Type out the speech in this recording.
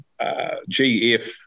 GF